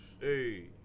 Hey